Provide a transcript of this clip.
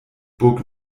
burg